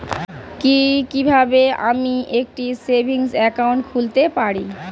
কি কিভাবে আমি একটি সেভিংস একাউন্ট খুলতে পারি?